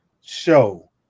show